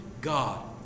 God